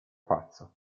pazzo